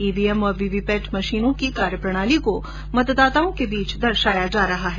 EVM और VVPAT machine की कार्यप्रणाली को मतदाताओं के बीच दर्शाया जा रहा है